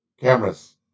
cameras